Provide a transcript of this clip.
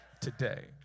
today